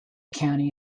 county